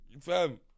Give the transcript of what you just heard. Fam